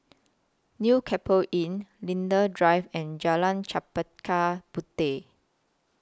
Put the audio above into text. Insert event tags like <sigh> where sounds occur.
New <unintelligible> Inn Linden Drive and Jalan Chempaka Puteh